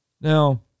Now